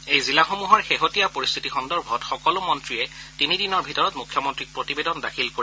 এই জিলাসমূহৰ শেহতীয়া পৰিশ্বিতি সন্দৰ্ভত সকলো মন্নীয়ে তিনি দিনৰ ভিতৰত মুখ্যমন্নীক প্ৰতিবেদন দাখিল কৰিব